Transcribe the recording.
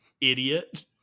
idiot